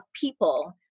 people